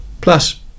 Plus